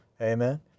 amen